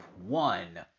one